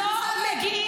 --- מה שאת עושה להם,